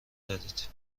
دادید